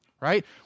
right